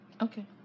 Okay